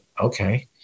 okay